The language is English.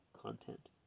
content